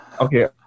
okay